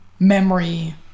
memory